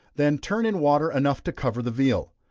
then turn in water enough to cover the veal.